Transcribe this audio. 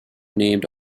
named